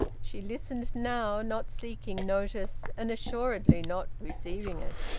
she listened now, not seeking notice and assuredly not receiving it.